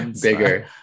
bigger